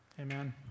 Amen